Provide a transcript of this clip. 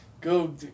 go